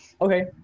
okay